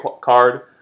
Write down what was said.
card